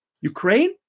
Ukraine